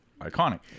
iconic